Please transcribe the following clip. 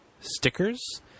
stickers